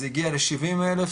וזה הגיע ל-70 אלף,